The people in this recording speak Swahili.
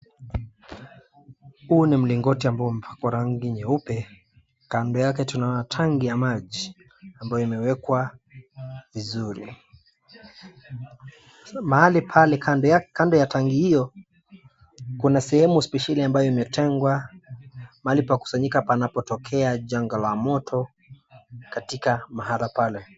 Huu ni mlingoti ambao umepakwa rangi nyeupe, kando yake tunaona tangi ya maji ambayo imewekwa vizuri. Mahali pale kando ya tangi hiyo ,kuna sehemu spesheli ambayo imetengwa mahali pa kukusanyika panapotokea janga la moto katika mahala pale.